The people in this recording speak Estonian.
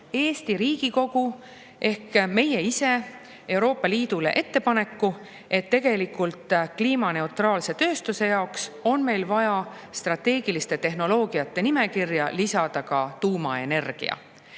Eesti Riigikogu Euroopa Liidule ettepaneku, et kliimaneutraalse tööstuse jaoks on vaja strateegiliste tehnoloogiate nimekirja lisada ka tuumaenergia.